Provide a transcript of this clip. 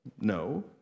No